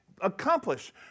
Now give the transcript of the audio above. accomplish